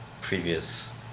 previous